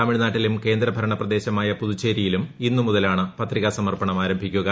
തമിഴ്നാട്ടിലും കേന്ദ്ര ഭരണപ്രദേശമായ പുതുച്ചേരിയിലും ഇന്നുമുതലാണ് പത്രികാ സമർപ്പണം ആരംഭിക്കുക